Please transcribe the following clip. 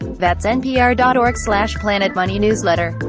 that's npr dot org slash planetmoneynewsletter.